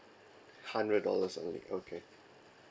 hundred dollars only okay